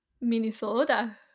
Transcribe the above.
Minnesota